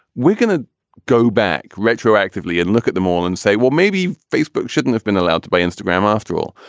we're going to go back retroactively and look at them all and say, well, maybe facebook shouldn't have been allowed to buy instagram after all,